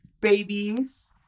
babies